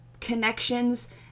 connections